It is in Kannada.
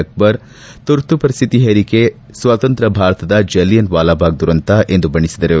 ಅಕ್ಲರ್ ತುರ್ತು ಪರಿಸ್ಸಿತಿ ಹೇರಿಕೆ ಸ್ತತಂತ್ರ ಭಾರತದ ಜಲಿಯನ್ ವಾಲಾಬಾಗ್ ದುರಂತ ಎಂದು ಬಣ್ಣಿಸಿದರು